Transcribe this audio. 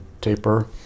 taper